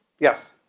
yes?